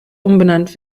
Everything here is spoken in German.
umbenannt